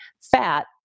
fat